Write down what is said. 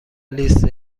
لیست